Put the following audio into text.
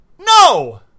No